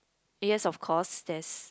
yes of course there's